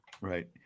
right